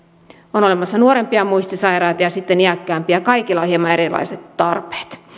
on olemassa nuorempia muistisairaita ja sitten iäkkäämpiä kaikilla on hieman erilaiset tarpeet